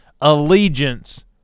allegiance